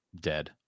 dead